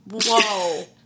Whoa